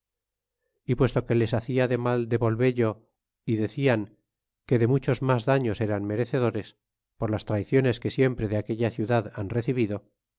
y puesto que se les hacia de mal de volvello é decian que de muchos mas daños eran merecedores por las traiciones que siempre de aquella ciudad han recibido